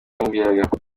yamubwiraga